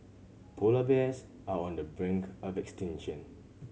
polar bears are on the brink of extinction